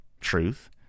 Truth